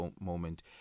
moment